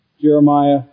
Jeremiah